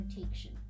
protection